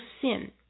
sin